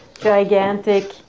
gigantic